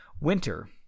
Winter